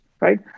Right